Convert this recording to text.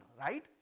right